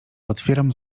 otwieram